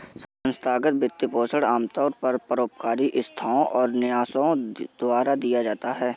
संस्थागत वित्तपोषण आमतौर पर परोपकारी संस्थाओ और न्यासों द्वारा दिया जाता है